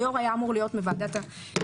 היו"ר היה אמור להיות מוועדת הכספים,